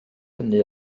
hynny